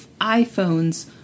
iPhones